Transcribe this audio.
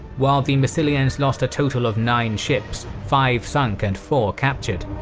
while the massilians lost a total of nine ships five sunk and four captured.